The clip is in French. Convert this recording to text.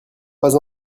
pas